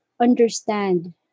understand